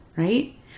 Right